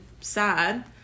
sad